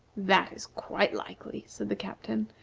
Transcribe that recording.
that is quite likely, said the captain,